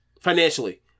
financially